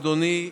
אדוני,